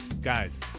Guys